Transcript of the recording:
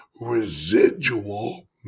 residual